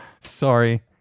Sorry